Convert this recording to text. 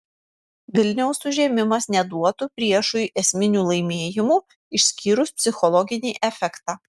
vilniaus užėmimas neduotų priešui esminių laimėjimų išskyrus psichologinį efektą